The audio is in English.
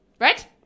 Right